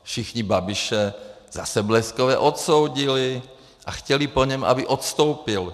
Všichni Babiše zase bleskově odsoudili a chtěli po něm, aby odstoupil.